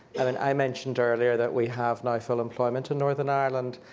and and i mentioned earlier that we have now full employment in northern ireland,